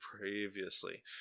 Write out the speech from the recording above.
previously